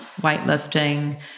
weightlifting